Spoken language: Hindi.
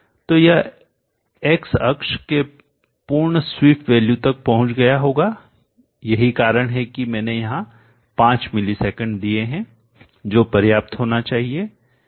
तो यह एक्स अक्ष केपूर्ण स्वीप वैल्यू तक पहुंच गया होगा यही कारण है कि मैंने यहां 5 मिलीसेकंड दिए हैं जो पर्याप्त होना चाहिए